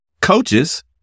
Coaches